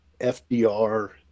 FDR